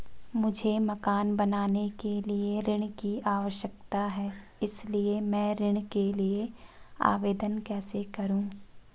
मुझे मकान बनाने के लिए ऋण की आवश्यकता है इसलिए मैं ऋण के लिए आवेदन कैसे करूं?